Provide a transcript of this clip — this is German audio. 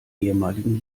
ehemaligen